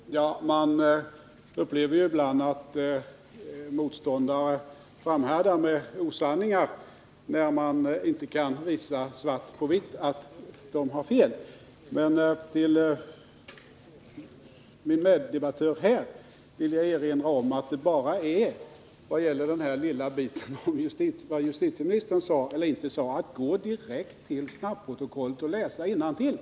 Fru talman! Man upplever ibland att meningsmotståndare kan framhärda med osanningar bara därför att man inte kan med svart på vitt visa att de har fel. Men i vad gäller den lilla frågan om vad justitieministern sade eller inte sade vill jag uppmana min meddebattör att gå direkt till snabbprotokollet och läsa innantill.